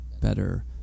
better